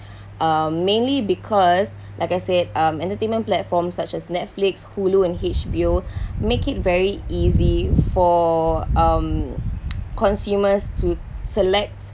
uh mainly because like I said um entertainment platforms such as netflix hulu and H_B_O make it very easy for um consumers to select